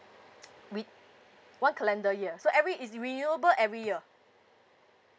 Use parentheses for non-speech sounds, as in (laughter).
(noise) week one calendar year so every it's renewable every year